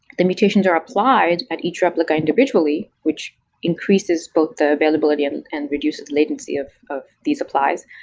the mutations are applied at each replica individually, which increases both the availability and and reduces latency of of these applies.